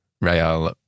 Real